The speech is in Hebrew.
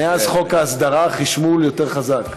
מאז חוק ההסדרה החשמול יותר חזק.